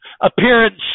appearance